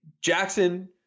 Jackson